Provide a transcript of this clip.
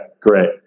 great